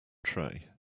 tray